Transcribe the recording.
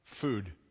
food